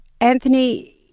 Anthony